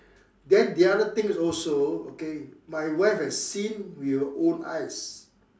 then the other thing also okay my wife has seen with her own eyes